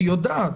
היא יודעת.